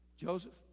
Joseph